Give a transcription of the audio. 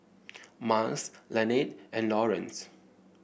Myles Lanette and Lawrence